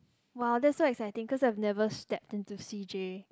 !wow! that's so exciting cause I've never stepped into C_J